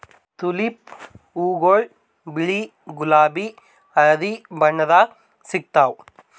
tulip ಹೂವಾಗೊಳ್ ಬಿಳಿ ಗುಲಾಬಿ ಹಳದಿ ಬಣ್ಣದಾಗ್ ಸಿಗ್ತಾವ್